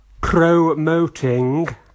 promoting